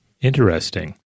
Interesting